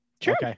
Sure